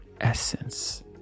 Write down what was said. essence